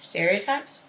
Stereotypes